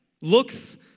looks